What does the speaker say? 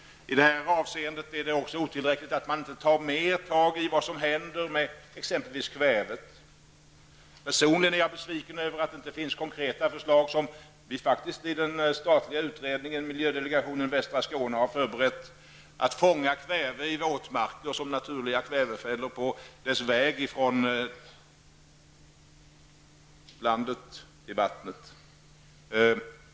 I detta avseende är det också otillräckligt att man inte i högre grad kontrollerar exempelvis kvävet. Personligen är jag besviken över att det inte finns konkreta förslag om att fånga upp kväve i våtmarker, som fungerar som naturliga kvävefällor på kvävets väg från landet till vattnet. Detta är något den statliga utredningen Miljödelegation västra Skåne faktiskt har förberett.